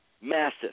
massive